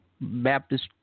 Baptist